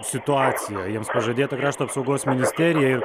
situacija jiems pažadėta krašto apsaugos ministerija ir